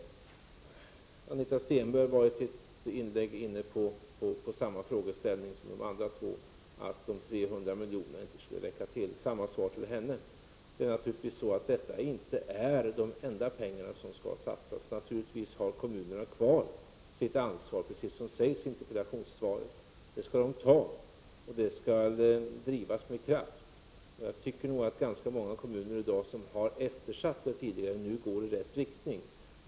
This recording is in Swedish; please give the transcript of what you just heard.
Anita Stenberg var i sitt inlägg inne på samma frågeställning som de övriga två deltagarna i debatten, dvs. att 300 milj.kr. inte skulle räcka till. Jag ger därför samma svar till henne. Detta är naturligtvis inte de enda pengar som skall satsas. Kommunerna har givetvis kvar sitt ansvar, precis som sägs i interpellationssvaret. Det ansvaret skall kommunerna ta, och detta skall drivas med kraft. Det är nog ganska många kommuner som har eftersatt det ansvaret, men nu går utvecklingen i rätt riktning.